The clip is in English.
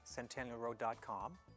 centennialroad.com